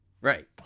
Right